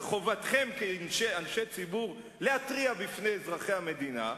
שחובתכם כאנשי ציבור להתריע בפני אזרחי המדינה,